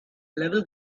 level